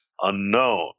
unknown